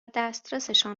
دسترسشان